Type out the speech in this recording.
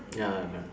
ya ya